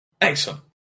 Excellent